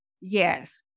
Yes